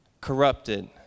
corrupted